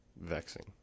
vexing